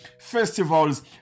festivals